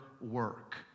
work